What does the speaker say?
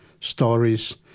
stories